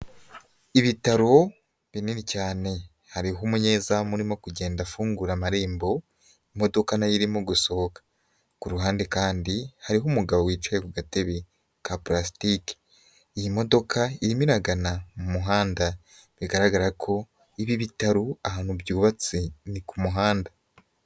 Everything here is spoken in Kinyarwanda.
Ibitaro binini cyane hariho umunyezamu urimo kugenda afungura amarembo, imodoka nayo irimo gusohoka, ku ruhande kandi hariho umugabo wicaye ku gatebe ka purastiki, iyi modoka irimo iragana mu muhanda, bigaragara ko ibi bitaro ahantu byubatse ni ku muhanda.